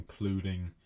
including